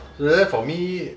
and then for me